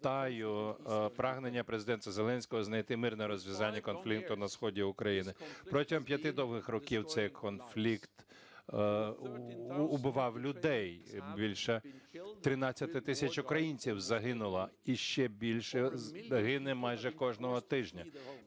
вітаю прагнення Президента Зеленського знайти мирне розв'язання конфлікту на сході України. Протягом 5 довгих років цей конфлікт вбивав людей, більше 13 тисяч українців загинуло, і ще більше гине майже кожного тижня.